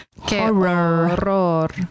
Horror